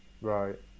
Right